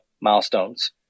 milestones